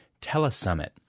Telesummit